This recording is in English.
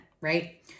right